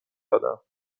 دادم